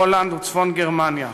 הולנד וצפון-גרמניה.